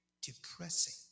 depressing